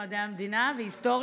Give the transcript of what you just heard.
מדעי המדינה והיסטוריה,